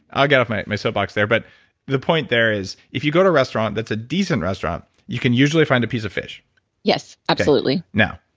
i'll get off my my soapbox there. but the point there is, if you go to a restaurant that's a decent restaurant, you can usually find a piece of fish yes, absolutely now,